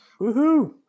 Woohoo